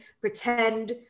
pretend